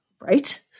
right